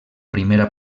primera